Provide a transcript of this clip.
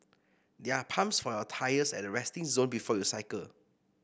there are pumps for your tyres at the resting zone before you cycle